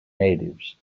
natives